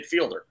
midfielder